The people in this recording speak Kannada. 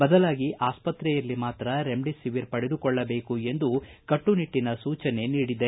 ಬದಲಾಗಿ ಆಸ್ಪತ್ರೆಯಲ್ಲಿ ಮಾತ್ರ ರೆಮ್ಡಿಸಿವಿರ್ ಪಡೆದುಕೊಳ್ಳಬೇಕು ಎಂದು ಕಟ್ಟುನಿಟ್ಟಿನ ಸೂಚನೆ ನೀಡಿದೆ